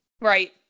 Right